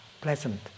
pleasant